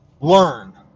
learn